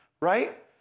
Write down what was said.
right